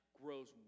grows